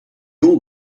old